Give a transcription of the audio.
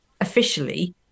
officially